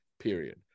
period